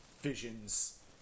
Vision's